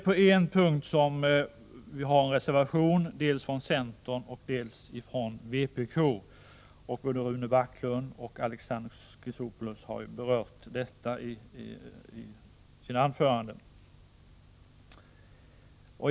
På en punkt i betänkandet har dock centern och vpk var sin reservation, som Rune Backlund och Alexander Chrisopoulos har berört i sina anföranden.